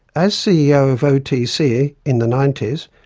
as ceo of otc in the ninety s,